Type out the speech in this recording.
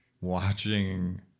watching